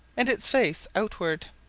and its face outward.